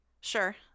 Sure